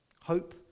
Hope